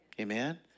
Amen